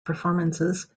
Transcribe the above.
performances